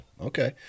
Okay